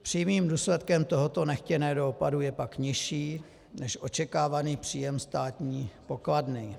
Přímým důsledkem tohoto nechtěného dopadu je pak nižší než očekávaný příjem státní pokladny.